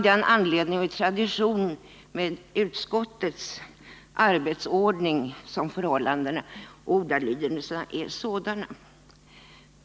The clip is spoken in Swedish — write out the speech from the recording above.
Denna tradition i utskottets arbetsordning är anledningen till ordalydelserna.